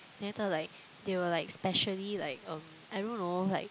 then later like they will like specially like um I don't know like